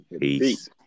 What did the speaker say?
Peace